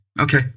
Okay